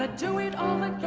ah do it all